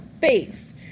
face